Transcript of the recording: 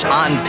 on